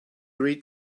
read